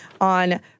on